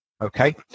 okay